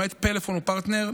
למעט פלאפון ופרטנר,